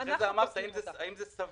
אחרי זה אמרת, האם זה סביר.